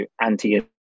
anti